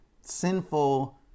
sinful